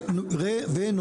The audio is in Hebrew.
וסביר.